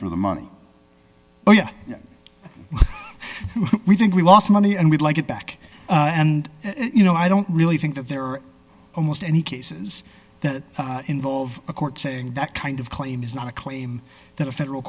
for the money oh yeah we think we lost money and we'd like it back and you know i don't really think that there are almost any cases that involve a court saying that kind of claim is not a claim that a federal